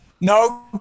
No